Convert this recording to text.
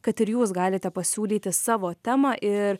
kad ir jūs galite pasiūlyti savo temą ir